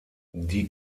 die